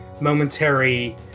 momentary